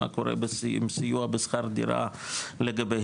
מה קורה עם סיוע בשכר דירה לגביהם.